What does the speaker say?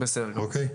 אוקיי?